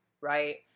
right